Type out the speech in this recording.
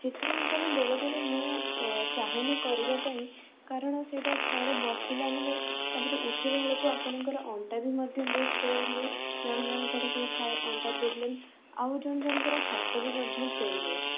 ଚିତ୍ରାଙ୍କନ ବେଳେବେଳେ ମୁଁ ଚାହେଁନି କରିବା ପାଇଁ କାରଣ ସେଇଟା ଥରେ ବସିଲା ମାନେ ତାପରେ ଉଠିଲା ବେଳକୁ ଆପଣଙ୍କର ଅଣ୍ଟା ବି ମଧ୍ୟ ବହୁତ ପେନ୍ ହୁଏ ଜଣ ଜଣଙ୍କର ଯେଉଁ ଥାଏ ଅଣ୍ଟା ପ୍ରୋବ୍ଲେମ ଆଉ ଜଣ ଜଣଙ୍କର ହାତ ବି ମଧ୍ୟ ପେନ୍ ହୁଏ